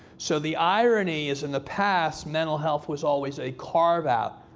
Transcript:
so the irony is, in the past, mental health was always a carve out,